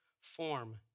form